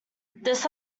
this